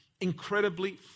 incredibly